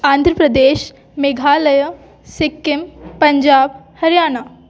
Andhra Pradesh Meghalaya Sikkim Punjab Haryana